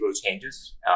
changes